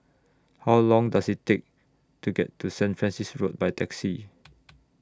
How Long Does IT Take to get to Saint Francis Road By Taxi